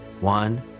one